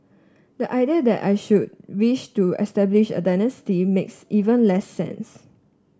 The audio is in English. the idea that I should wish to establish a dynasty makes even less sense